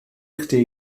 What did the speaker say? chdi